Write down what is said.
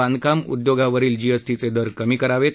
बांधकाम उद्योगावरील जीएसटीचे दर कमी करावे